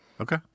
Okay